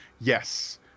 Yes